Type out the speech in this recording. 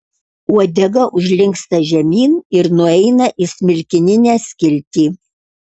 uodega užlinksta žemyn ir nueina į smilkininę skiltį